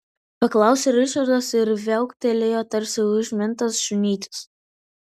paklausė ričardas ir viauktelėjo tarsi užmintas šunytis